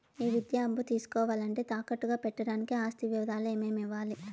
ఈ విద్యా అప్పు తీసుకోవాలంటే తాకట్టు గా పెట్టడానికి ఆస్తి వివరాలు ఏమేమి ఇవ్వాలి?